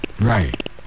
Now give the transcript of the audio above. Right